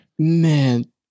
Man